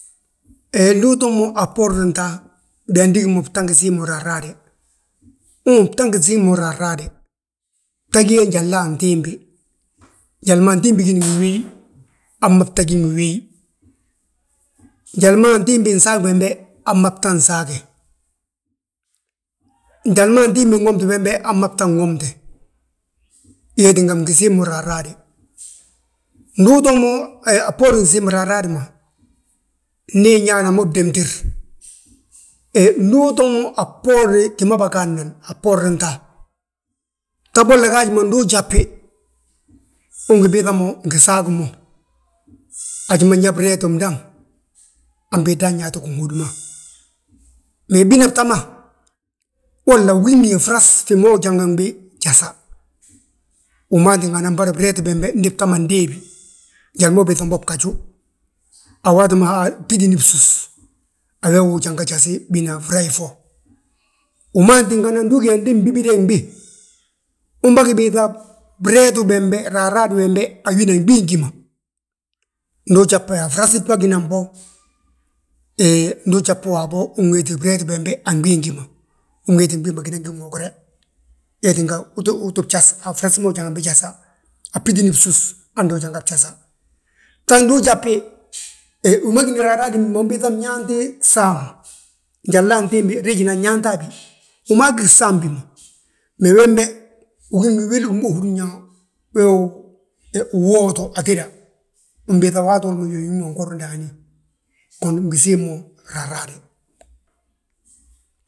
He ndu utoo mo a bboorin ta, biyaa ndu ugi mo bta ngi siim mo raaraade, bta gí ge njalna antimbi. Njali ma antimbi gíni ngi wiiyi, hamma bta gí ngi wiiyi, njali ma antimbi nsaagi bembe, hamma bta nsaage. Njali ma antimbi nwomte, hamma, bta nwomte, wee tínga bigi siim mo raaraade. Ndu utoo mo, a bboorin siimi raaraadi ma, ndi inñaana mo bdémtir, he ndu utoo mo a bboorini gi ma bâgaadnan, a bboorin ta. Bta bolla gaaj ndu ujabi, ugi biiŧa mo bgi saag mo, haji ma nyaa breeti mdaŋ, han bidan yaati ginhódi ma. Mee bina bta ma, wola gí ngi fras a fima ujanganbi jasa, wima tíngana mboli breeti bembe, ndi bta ma ndéeyi njali mo ubiiŧam bo bgaju. A waati ma bbinibsús, a beebi ujanga jasi bina frayi fo, wiman tíngana ndu ugí yaa ndu umbi dée mbii, umbagi biiŧa breetu bembe, raaraade wembe, a wina gbii gima. Ndu jasbi a fras bâginan bo, he ndu ujasbi waabo, unwéeti breeti bembe, a gbii gi ma. Unwéeti gbii ma gínan uŋogre, wee tinga, uu tti bjas a frasa ma ujanga bijasa, a bbinibsús, hande ujanga bjasa. Bta ndu ujasbi, he wi ma gíni raaraadim bi ma, unbiiŧa myaanti gsaam, njalna antimbi riijina nyaanta a bi, wi maa gí gsaambi ma. Mee wembe, ugí ngi wili wi ma húrin yaa wee wi uwootu atéda, unbiiŧa wi ma yóyi wi ma ngori ndaani gon wi ngi siim mo raaraade.